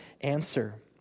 answer